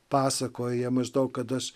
pasakoja maždaug kad aš